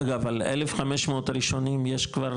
אגב, על 1,500 הראשונים, יש כבר